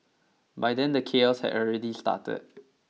by then the chaos had already started